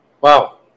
wow